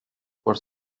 por